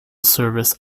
service